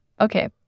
okay